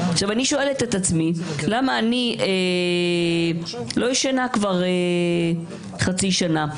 אני שואלת את עצמי, למה אני לא ישנה כבר חצי שנה?